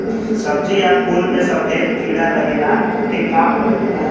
सब्ज़ी या फुल में सफेद कीड़ा लगेला ओके का बोलल जाला?